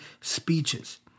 speeches